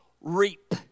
reap